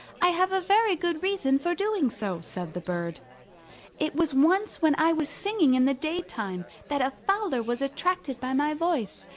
i have a very good reason for doing so, said the bird it was once when i was singing in the daytime that a fowler was attracted by my voice,